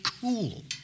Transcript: cool